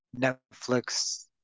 Netflix